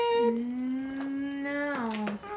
No